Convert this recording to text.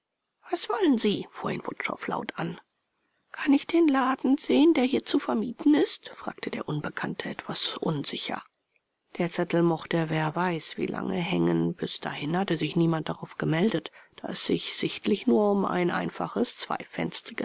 was wollen sie fuhr ihn wutschow laut an kann ich den laden sehen der hier zu vermieten ist fragte der unbekannte etwas unsicher der zettel mochte wer weiß wie lange hängen bis dahin hatte sich niemand darauf gemeldet da es sich sichtlich nur um ein einfaches